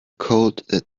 cold